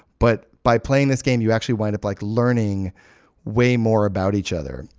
but by playing this game, you actually wind up like learning way more about each other.